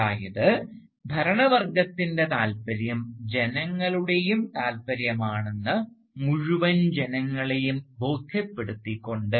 അതായത് ഭരണവർഗത്തിൻറെ താൽപ്പര്യം ജനങ്ങളുടെയും താൽപ്പര്യമാണെന്ന് മുഴുവൻ ജനങ്ങളെയും ബോധ്യപ്പെടുത്തിക്കൊണ്ട്